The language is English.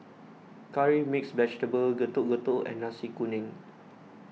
Curry Mixed Vegetable Getuk Getuk and Nasi Kuning